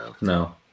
no